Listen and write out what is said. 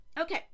Okay